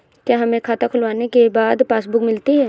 क्या हमें खाता खुलवाने के बाद पासबुक मिलती है?